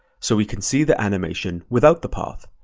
so we can see the animation without the path.